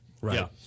Right